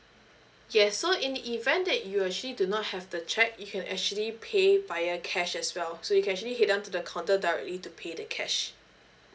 yes so in the event that you actually do not have the cheque you can actually pay via cash as well so you can actually head down to the counter directly to pay the cash